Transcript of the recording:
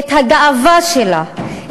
את הגאווה שלה,